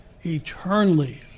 eternally